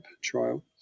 trial